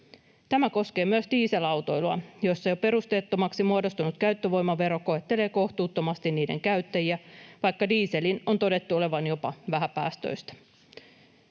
Tämä koskee myös dieselautoilua, jossa jo perusteettomaksi muodostunut käyttövoimavero koettelee kohtuuttomasti niiden käyttäjiä, vaikka dieselin on todettu olevan jopa vähäpäästöistä.